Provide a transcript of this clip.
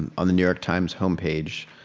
and on the new york times homepage,